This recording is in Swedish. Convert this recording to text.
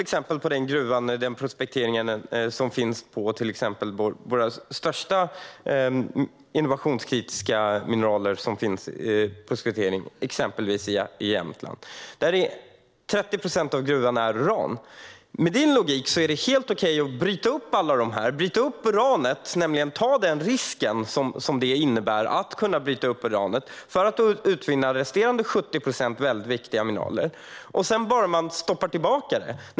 Titta på prospekteringen av våra största innovationskritiska mineraler i exempelvis Jämtland. 30 procent av mineralerna i den gruvan är uran. Med din logik är det helt okej att bryta upp alla dem och uranet. Det är helt okej att ta risken med att bryta upp uranet för att kunna utvinna resterande 70 procent viktiga mineraler. Sedan ska man bara stoppa tillbaka det.